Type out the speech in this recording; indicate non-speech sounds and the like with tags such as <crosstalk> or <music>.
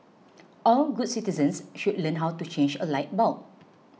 <noise> all good citizens should learn how to change a light bulb